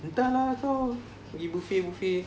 entah lah kau pergi buffet buffet